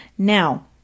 Now